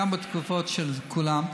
גם בתקופות של כולם,